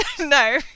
no